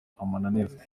amananiza